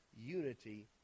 unity